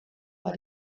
war